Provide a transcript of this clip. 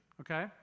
okay